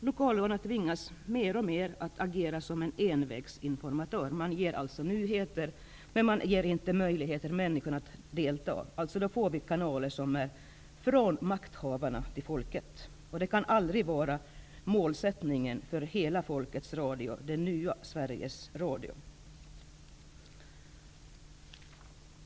Lokalradion tvingas mer och mer att agera som en envägsinformatör. Man ger alltså nyheter, men man ger inte människor möjligheter att delta. Vi får således kanaler som går från makthavarna till folket. Det kan aldrig vara målsättningen för hela folkets radio, Sveriges nya radio.